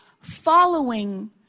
following